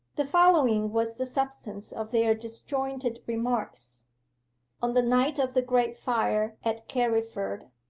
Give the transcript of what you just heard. the following was the substance of their disjointed remarks on the night of the great fire at carriford,